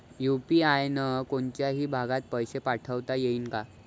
UPI न कोनच्याही भागात पैसे पाठवता येईन का?